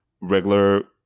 regular